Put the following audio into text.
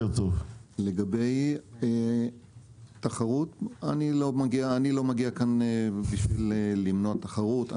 לגבי תחרות אני לא מגיע בשביל למנוע תחרות,